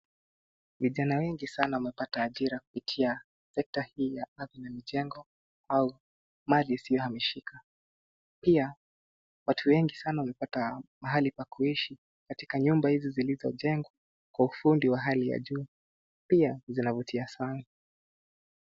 Vijana wengi sana wamepata ajira kupitia sekta hii ya ardhi na mijengo au mali isiyohamishika. Pia watu wengi sana wamepata mahali pa kuishi katika nyumba hizi zilizojengwa kwa ufundi wa hali ya juu. Pia zinavutia sana.